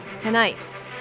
Tonight